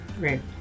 Right